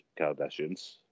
Kardashians